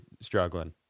struggling